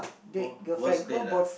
w~ worst date ah